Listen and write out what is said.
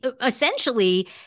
essentially